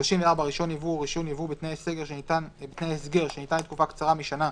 (34)רישיון יבוא או רישיון יבוא בתנאי הסגר שניתן לתקופה קצרה משנה,